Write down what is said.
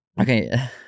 okay